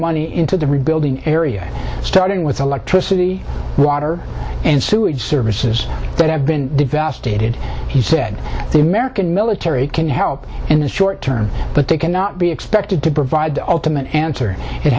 money into the rebuilding area starting with electricity water and sewage services that have been stated he said the american military can help in the short term but they cannot be expected to provide the ultimate answer it